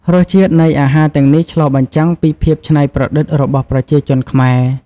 រសជាតិនៃអាហារទាំងនេះឆ្លុះបញ្ចាំងពីភាពឆ្នៃប្រឌិតរបស់ប្រជាជនខ្មែរ។